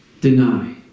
Deny